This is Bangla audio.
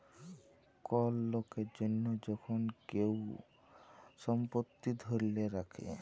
কল লকের জনহ যখল কেহু সম্পত্তি ধ্যরে রাখে